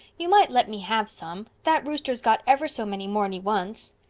you might let me have some. that rooster's got ever so many more'n he wants.